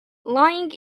lying